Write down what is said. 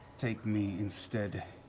take me instead,